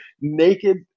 naked –